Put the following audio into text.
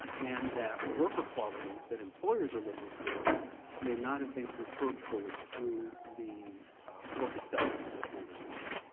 ah and that worker qualities that employers are looking for may not have been conferred fully through the work itself in the transitional job.